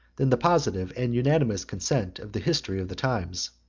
than the positive and unanimous consent of the history of the times.